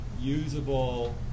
usable